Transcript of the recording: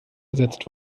ersetzt